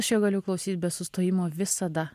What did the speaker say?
aš jo galiu klausyt be sustojimo visada